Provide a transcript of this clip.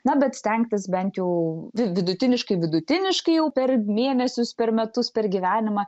na bet stengtis bent jau vidutiniškai vidutiniškai jau per mėnesius per metus per gyvenimą